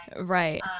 right